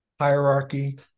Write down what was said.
hierarchy